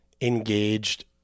engaged